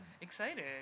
Excited